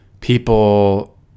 People